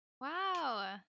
Wow